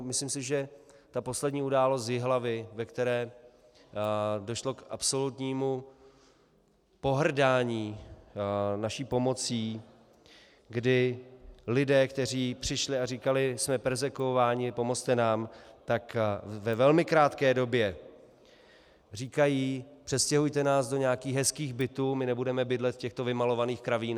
Myslím si, že poslední událost z Jihlavy, ve které došlo k absolutnímu pohrdání naší pomocí, kdy lidé, kteří přišli a říkali: jsme perzekvováni, pomozte nám, tak ve velmi krátké době říkají: přestěhujte nás do nějakých hezkých bytů, my nebudeme bydlet v těchto vymalovaných kravínech.